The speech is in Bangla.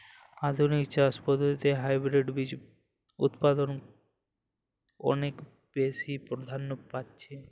আধুনিক চাষ পদ্ধতিতে হাইব্রিড বীজ উৎপাদন অনেক বেশী প্রাধান্য পাচ্ছে